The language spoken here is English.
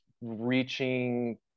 reaching